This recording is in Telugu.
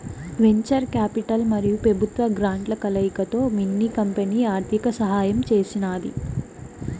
వెంచర్ కాపిటల్ మరియు పెబుత్వ గ్రాంట్ల కలయికతో మిన్ని కంపెనీ ఆర్థిక సహాయం చేసినాది